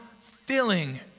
filling